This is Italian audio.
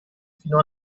fino